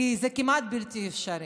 כי זה כמעט בלתי אפשרי,